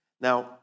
Now